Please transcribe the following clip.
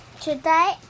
Today